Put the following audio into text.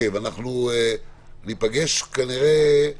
אנחנו ניפגש, כנראה,